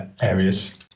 areas